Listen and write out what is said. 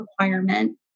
requirement